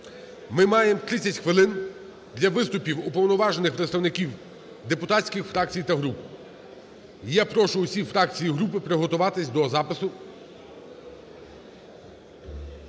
ми маємо 30 хвилин для виступів уповноважених представників депутатських фракцій та груп. І я прошу всі фракції і групи приготуватись до запису.